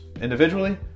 individually